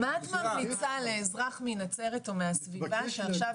מה את ממליצה לאזרח מנצרת או הסביבה שעכשיו